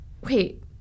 wait